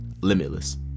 limitless